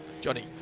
Johnny